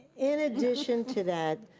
in addition to that,